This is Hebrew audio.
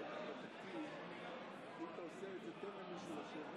ובכן, 59 בעד, 54 נגד.